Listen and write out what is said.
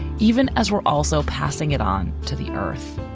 even as we're also passing it on to the earth.